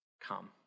come